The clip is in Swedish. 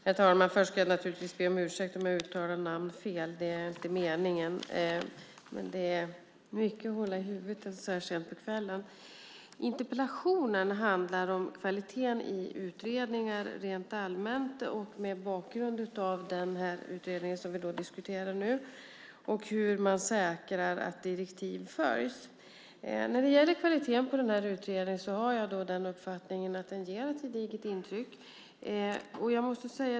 Herr talman! Först vill jag naturligtvis be om ursäkt om jag uttalar namn fel. Det var inte meningen. Men det är mycket att hålla i huvudet så här sent på kvällen. Interpellationen handlar om kvaliteten i utredningar rent allmänt, mot bakgrund av den utredning som vi diskuterar nu, och om hur man säkrar att direktiv följs. Jag har uppfattningen att den här utredningen gör ett gediget intryck.